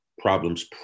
problems